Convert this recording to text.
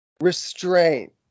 restraint